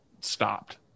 stopped